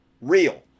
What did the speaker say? real